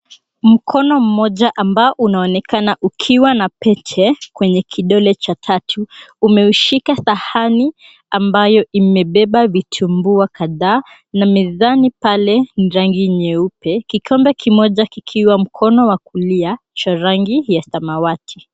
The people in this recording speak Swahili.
Mkono mmoja ambao unaonekana ukiwa na pete kwenye kidole cha tatu umeushika sahani ambayo imebeba vitumbua kadhaa na mezani pale njagi nyeupe, kikombe kimoja kikiwa mkono wa kulia cha rangi ya samawati.